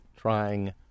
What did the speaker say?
trying